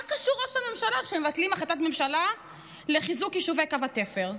מה קשור ראש הממשלה כשמבטלים החלטת ממשלה לחיזוק יישובי קו התפר?